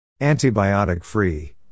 Antibiotic-free